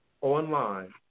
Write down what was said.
online